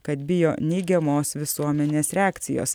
kad bijo neigiamos visuomenės reakcijos